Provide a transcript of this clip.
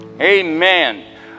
amen